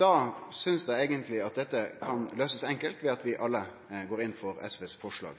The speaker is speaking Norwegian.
Då synest eg eigentleg at dette kan løysast enkelt ved at vi alle går inn for forslag